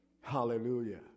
Hallelujah